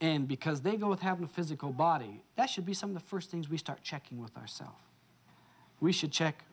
and because they go with having a physical body that should be some of the first things we start checking with ourselves we should check